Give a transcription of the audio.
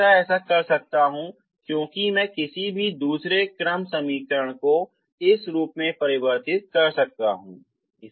मैं हमेशा ऐसा कर सकता हूं क्योंकि मैं किसी भी दूसरे क्रम समीकरण को इस रूप में परिवर्तित कर सकता हूं